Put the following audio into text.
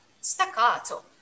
staccato